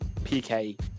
pk